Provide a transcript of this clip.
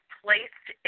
placed